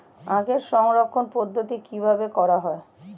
আখের সংরক্ষণ পদ্ধতি কিভাবে করা হয়?